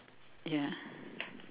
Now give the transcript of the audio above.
ya